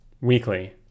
weekly